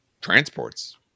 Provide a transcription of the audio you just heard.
transports